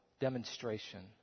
demonstration